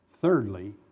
Thirdly